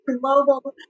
global